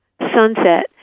sunset